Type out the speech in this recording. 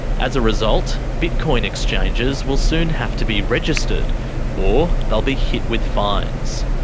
as a result, bitcoin exchanges will soon have to be registered or they'll be hit with fines.